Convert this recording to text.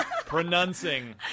Pronouncing